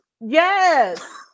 Yes